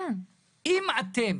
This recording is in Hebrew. אם אתם,